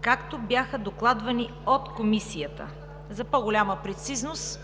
както бяха докладвани от Комисията – за по-голяма прецизност.